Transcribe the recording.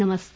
नमस्कार